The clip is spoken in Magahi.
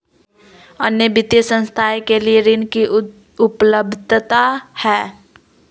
अन्य वित्तीय संस्थाएं के लिए ऋण की उपलब्धता है?